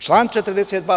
Član 42.